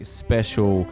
special